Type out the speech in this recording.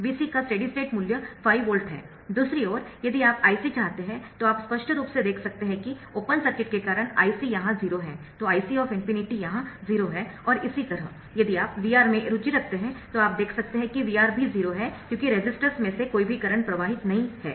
Vc का steady state मूल्य 5 volt है दूसरी ओर यदि आप Ic चाहते हैतो आप स्पष्ट रूप से देख सकते है कि ओपन सर्किट के कारण Ic यहां 0 है तो Ic ∞ यहां 0 है और इसी तरह यदि आप VR में रुचि रखते है तो आप देख सकते है कि VR भी 0 है क्योंकि रेसिस्टर्स में से भी कोई करंट प्रवाहित नहीं है